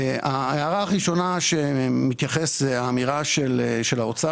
ההערה הראשונה מתייחסת לאמירה של האוצר